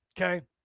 Okay